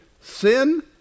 Sin